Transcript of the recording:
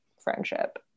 friendship